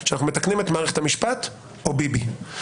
שאנחנו מתקנים את מערכת המשפט או ביבי.